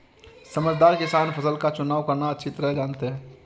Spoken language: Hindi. समझदार किसान फसल का चुनाव करना अच्छी तरह जानते हैं